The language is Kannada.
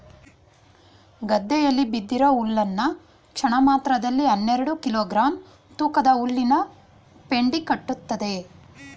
ಗದ್ದೆಯಲ್ಲಿ ಬಿದ್ದಿರೋ ಹುಲ್ನ ಕ್ಷಣಮಾತ್ರದಲ್ಲಿ ಹನ್ನೆರೆಡು ಕಿಲೋ ಗ್ರಾಂ ತೂಕದ ಹುಲ್ಲಿನಪೆಂಡಿ ಕಟ್ತದೆ